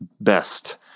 best